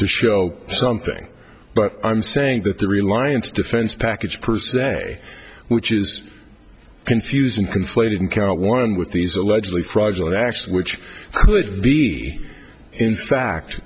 to show something but i'm saying that the reliance defense package per se which is confusing conflated in count one with these allegedly fraudulent actually which could lead in fact